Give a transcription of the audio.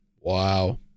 Wow